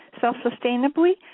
self-sustainably